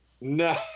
No